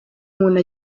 umuntu